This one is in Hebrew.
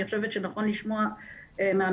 אני חושבת שנכון לשמוע מהמשטרה,